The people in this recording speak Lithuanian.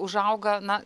užauga na